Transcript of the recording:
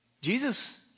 Jesus